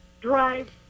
drive